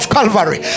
Calvary